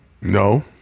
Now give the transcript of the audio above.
No